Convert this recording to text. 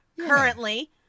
currently